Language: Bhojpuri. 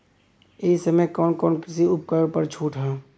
ए समय कवन कवन कृषि उपकरण पर छूट ह?